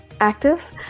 active